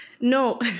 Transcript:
No